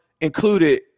included